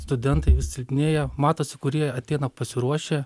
studentai vis silpnėja matosi kurie ateina pasiruošę